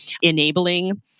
enabling